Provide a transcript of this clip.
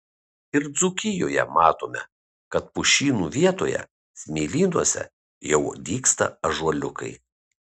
ir dzūkijoje matome kad pušynų vietoje smėlynuose jau dygsta ąžuoliukai